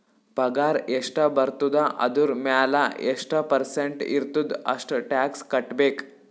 ಪಗಾರ್ ಎಷ್ಟ ಬರ್ತುದ ಅದುರ್ ಮ್ಯಾಲ ಎಷ್ಟ ಪರ್ಸೆಂಟ್ ಇರ್ತುದ್ ಅಷ್ಟ ಟ್ಯಾಕ್ಸ್ ಕಟ್ಬೇಕ್